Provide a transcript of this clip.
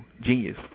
genius